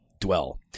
Dwell